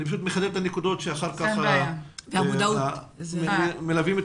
אני מחדד את הנקודות מכיוון שמלווים את